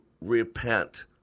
repent